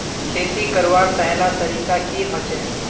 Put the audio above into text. खेती करवार पहला तरीका की होचए?